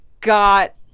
got